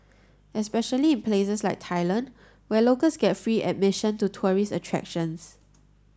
especially in places like Thailand where locals get free admission to tourist attractions